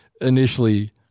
initially